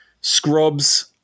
scrubs